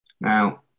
Now